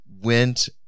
went